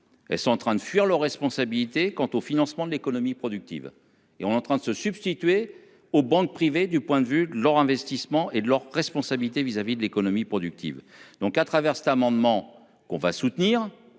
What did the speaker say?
Elles sont en train de fuir leurs responsabilités quant au financement de l'économie productive et on est en train de se substituer aux banques privées du point de vue leur investissement et de leurs responsabilités vis-à-vis de l'économie productive. Donc à travers cet amendement qu'on va soutenir